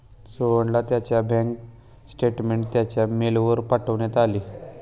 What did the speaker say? सोहनला त्याचे bank statement त्याच्या मेलवर पाठवण्यात आले